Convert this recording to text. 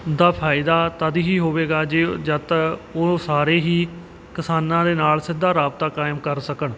ਦਾ ਫਾਇਦਾ ਤਦ ਹੀ ਹੋਵੇਗਾ ਜੇ ਉ ਜਦੋਂ ਉਹ ਸਾਰੇ ਹੀ ਕਿਸਾਨਾਂ ਦੇ ਨਾਲ ਸਿੱਧਾ ਰਾਬਤਾ ਕਾਇਮ ਕਰ ਸਕਣ